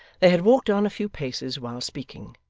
they had walked on a few paces while speaking,